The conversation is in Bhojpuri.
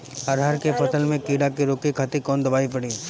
अरहर के फसल में कीड़ा के रोके खातिर कौन दवाई पड़ी?